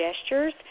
gestures